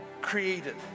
created